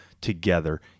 together